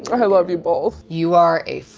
i love you both. you are a